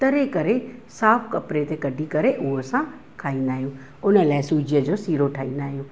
तरे करे साफ़ कपिड़े ते कढी करे उहा असां खाईंदा आहियूं उन लाइ सूजीअ जो सीरो ठाहींदा आहियूं